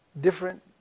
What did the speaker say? different